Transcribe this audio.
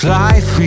life